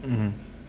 mm mm